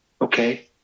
okay